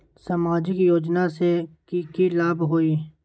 सामाजिक योजना से की की लाभ होई?